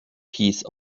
piece